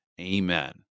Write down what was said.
Amen